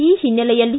ಈ ಹಿನ್ನೆಲೆಯಲ್ಲಿ